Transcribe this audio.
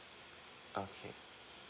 okay